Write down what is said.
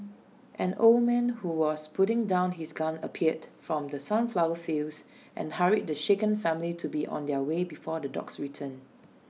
an old man who was putting down his gun appeared from the sunflower fields and hurried the shaken family to be on their way before the dogs return